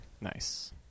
Nice